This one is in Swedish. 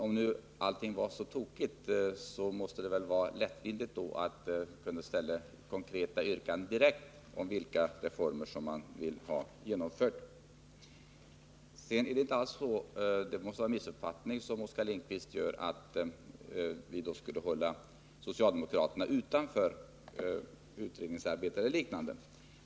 Men om allt nu är så tokigt måste det väl vara lättvindigt att direkt framställa konkreta yrkanden om vilka reformer man vill ha genomförda. Sedan måste det vara en missuppfattning från Oskar Lindkvists sida att vi skulle hålla socialdemokraterna utanför utredningsarbetet.